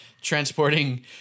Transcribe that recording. transporting